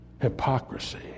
hypocrisy